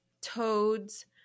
toads